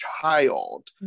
child